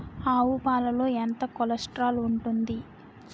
ఆవు పాలలో ఎంత కొలెస్ట్రాల్ ఉంటుంది?